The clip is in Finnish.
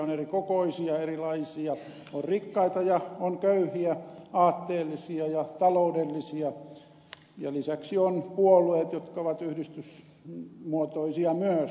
on erikokoisia erilaisia on rikkaita ja on köyhiä aatteellisia ja taloudellisia ja lisäksi on puolueita jotka ovat yhdistysmuotoisia myös